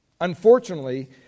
unfortunately